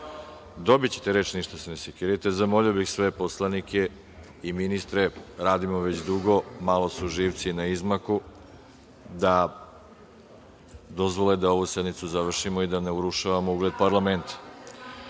minut za repliku koju ste imali. Molio bih sve poslanike i ministre, radimo već dugo, malo su živci na izmaku, da dozvole da ovu sednicu završimo i da ne urušavamo ugled parlamenta. Reč